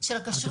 לא,